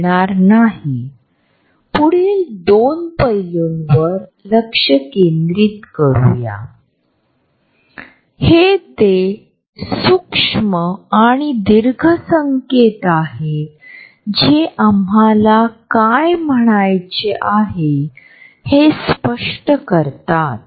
उदाहरणार्थ मी जर दुसर्या व्यक्तीच्या जवळ गेलो तर ते अधिक प्रमाणात जवळीक दर्शवितात